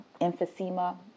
emphysema